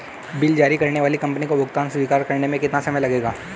Bill जारी करने वाली कंपनी को भुगतान स्वीकार करने में कितना समय लगेगा?